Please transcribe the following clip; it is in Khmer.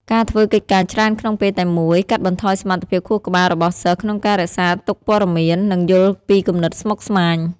ការធ្វើកិច្ចការច្រើនក្នុងពេលតែមួយ កាត់បន្ថយសមត្ថភាពខួរក្បាលរបស់សិស្សក្នុងការរក្សាទុកព័ត៌មាន និងយល់ពីគំនិតស្មុគស្មាញ។